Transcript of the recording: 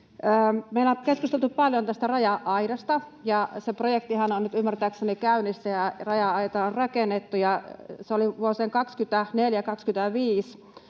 Meillä on keskusteltu paljon tästä raja-aidasta, ja se projektihan on nyt ymmärtääkseni käynnissä. Raja-aitaa on rakennettu, ja siinä olivat vuosille 24—25